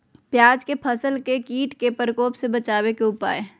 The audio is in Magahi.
प्याज के फसल के कीट के प्रकोप से बचावे के उपाय?